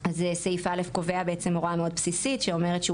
סעיף א' קובע בעצם הוראה מאוד בסיסית שאומרת שהוא